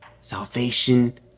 salvation